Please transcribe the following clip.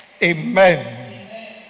Amen